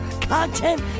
content